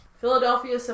Philadelphia